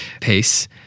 pace